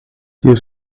dir